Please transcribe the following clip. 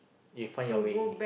you find your way